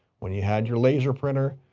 when you had your laser printer,